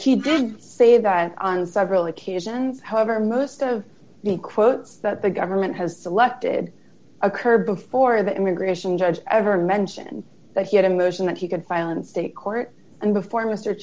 honor he did say that on several occasions however most of the quotes that the government has selected occurred before of immigration judge ever mention that he had a motion that he can file in state court and before mr